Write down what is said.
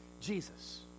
jesus